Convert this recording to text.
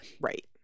Right